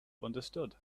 understood